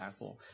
impactful